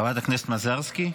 חברת הכנסת מזרסקי,